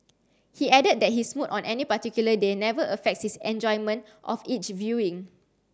he added that his mood on any particular day never affects his enjoyment of each viewing